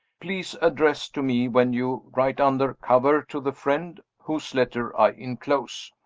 please address to me, when you write, under cover to the friend whose letter i inclose.